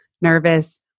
nervous